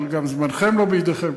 אבל גם זמנכם לא בידיכם.